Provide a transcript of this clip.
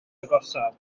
agosaf